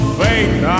faith